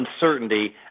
uncertainty